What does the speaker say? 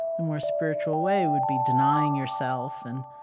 the more spiritual way would be denying yourself, and